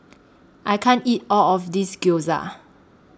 I can't eat All of This Gyoza